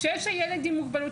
שיש לה ילד עם מוגבלות,